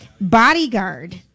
Bodyguard